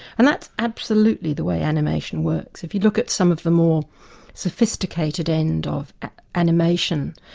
and that's absolutely the way animation works. if you look at some of the more sophisticated end of animation,